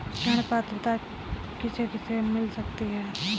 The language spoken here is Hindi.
ऋण पात्रता किसे किसे मिल सकती है?